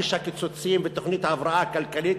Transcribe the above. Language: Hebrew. איש הקיצוצים ותוכנית ההבראה הכלכלית,